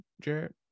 jared